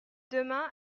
demain